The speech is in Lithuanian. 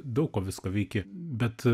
daug ko visko veiki bet